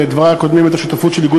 בדברי הקודמים את השותפות של איגוד